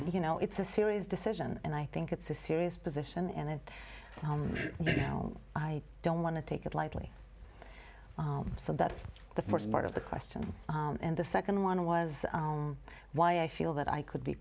you know it's a serious decision and i think it's a serious position and i don't want to take it lightly so that's the first part of the question and the second one was why i feel that i could be